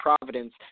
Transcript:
Providence